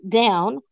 down